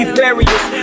various